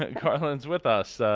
ah carly's with us